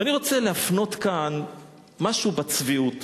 ואני רוצה להפנות כאן למשהו בַּצביעות.